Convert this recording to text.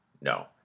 No